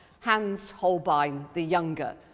hans holbein the younger.